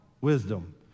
Wisdom